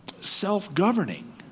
self-governing